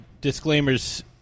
disclaimers